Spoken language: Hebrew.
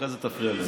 אחרי זה תפריע לי.